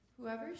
Whoever